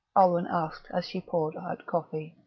oleron asked as she poured out coffee.